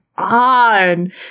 on